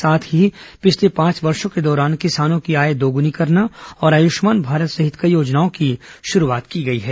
साथ ही पिछले पांच वर्षों के दौरान किसानों की आय दोगुनी करना और आयुष्मान भारत सहित कई योजनाओं की शुरूआत की गई है